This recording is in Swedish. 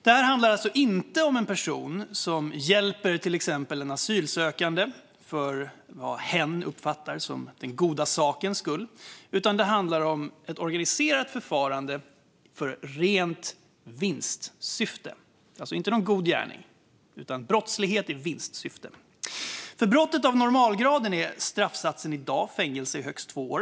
Det här handlar alltså inte om en person som hjälper till exempel en asylsökande för vad hen uppfattar som den goda sakens skull, utan det handlar om ett organiserat förfarande för rent vinstsyfte - inte en god gärning utan brottslighet i vinstsyfte. För brott av normalgraden är straffsatsen i dag fängelse i högst två år.